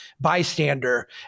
bystander